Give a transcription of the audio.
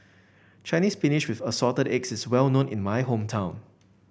Chinese Spinach with Assorted Eggs is well known in my hometown